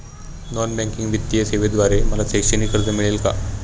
Non banking वित्तीय सेवेद्वारे मला शैक्षणिक कर्ज मिळेल का?